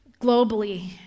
globally